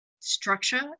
structure